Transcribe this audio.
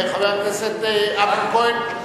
חבר הכנסת אמנון כהן,